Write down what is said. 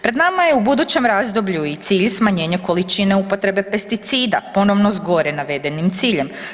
Pred nama je u budućem razdoblju i cilj smanjenje količine upotrebe pesticida, ponovno s gore navedenim ciljem.